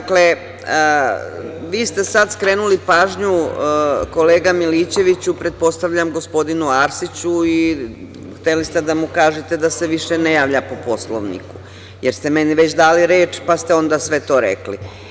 Dakle, vi ste sada skrenuli pažnju, kolega Milićeviću, pretpostavljam gospodinu Arsiću i hteli ste da mu kažete da se više ne javlja po Poslovniku, jer ste meni već dali reč, pa ste onda sve to rekli.